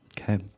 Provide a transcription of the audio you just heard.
Okay